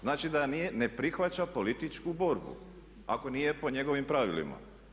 Znači da nije, ne prihvaća političku borbu ako nije po njegovim pravilima.